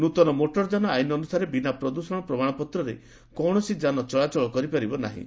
ନ୍ତନ ମୋଟରଯାନ ଆଇନ୍ ଅନୁସାରେ ବିନା ପ୍ରଦ୍ଷଣ ପ୍ରମାଣପତ୍ରରେ କୌଣସି ଯାନ ଚଳାଚଳ କରିପାରିବ ନାହିଁ